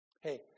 Hey